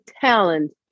talent